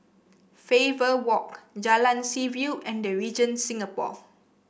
Faber Walk Jalan Seaview and The Regent Singapore